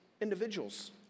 individuals